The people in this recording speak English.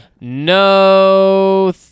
No